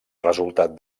resultat